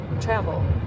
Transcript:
travel